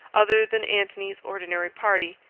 other than antony's ordinary party.